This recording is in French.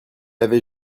avait